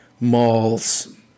malls